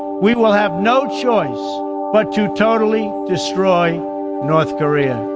we will have no choice but to totally destroy north korea.